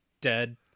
Dead